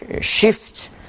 shift